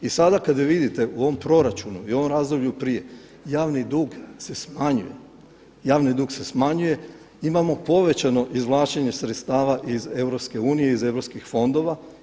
I sada kada vidite u ovom proračunu i u ovom razdoblju prije javni dug se smanjuje, javni dug se smanjuje, imamo povećano izvlačenje sredstava iz EU, iz europskih fondova.